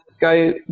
go